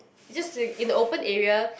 it's just in in the open area